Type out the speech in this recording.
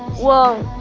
well,